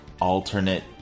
alternate